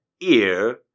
ear